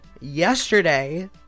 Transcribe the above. yesterday